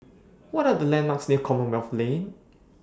What Are The landmarks near Commonwealth Lane